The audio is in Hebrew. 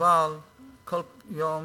אבל כל יום,